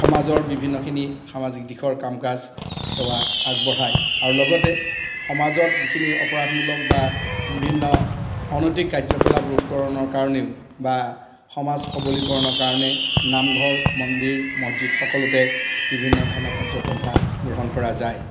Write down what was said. সমাজৰ বিভিন্নখিনি সামাজিক দিশৰ কাম কাজ সেৱা আগবঢ়ায় আৰু লগতে সমাজত যিখিনি অপৰাধমূলক বা বিভিন্ন অনৈতিক কাৰ্যকলাপ ৰোধকৰণৰ কাৰণেও বা সমাজ সবলীকৰণৰ কাৰণে নামঘৰ মন্দিৰ মছজিদ সকলোতে বিভিন্ন ধৰণৰ কাৰ্যপন্থা গ্ৰহণ কৰা যায়